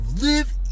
live